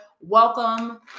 welcome